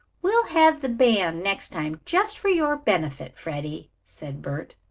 we'll have the band next time just for your benefit, freddie, said bert.